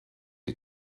die